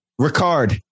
Ricard